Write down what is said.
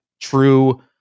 true